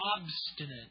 obstinate